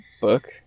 book